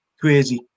crazy